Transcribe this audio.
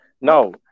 No